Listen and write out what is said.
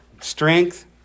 strength